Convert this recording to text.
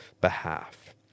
behalf